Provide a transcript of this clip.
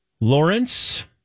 Lawrence